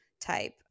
type